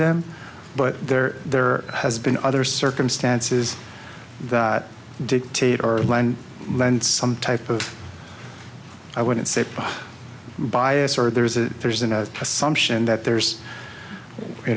them but there there has been other circumstances that dictate or lend some type of i wouldn't say bias or there's a there's an assumption that there's you